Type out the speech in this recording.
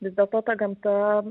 vis dėlto ta gamta